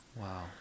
Wow